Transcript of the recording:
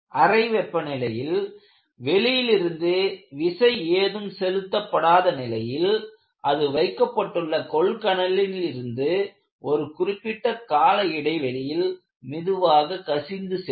அறை வெப்பநிலையில் வெளியிலிருந்து விசை ஏதும் செலுத்தப்படாத நிலையில் அது வைக்கப்பட்டுள்ள கொள்கலனில் இருந்து ஒரு குறிப்பிட்ட கால இடைவெளியில் மெதுவாக கசிந்து செல்லும்